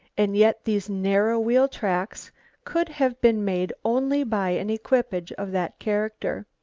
and yet these narrow wheel-tracks could have been made only by an equipage of that character.